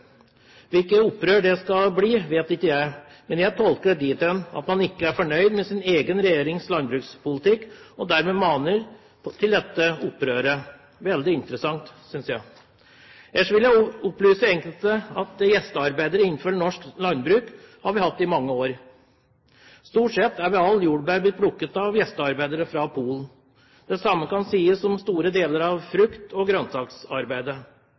Hvilke opprør det skal bli, vet jeg ikke. Men jeg tolker det dit hen at man ikke er fornøyd med sin egen regjerings landbrukspolitikk, og dermed maner man til dette opprøret. Det er veldig interessant, synes jeg. Ellers vil jeg opplyse enkelte om at gjestearbeidere har vi hatt innenfor norsk landbruk i mange år. Stort sett er vel all jordbær blitt plukket av gjestearbeidere fra Polen. Det samme kan sies når det gjelder mye av frukt- og